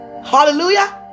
Hallelujah